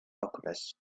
alchemists